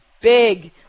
big